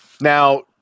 Now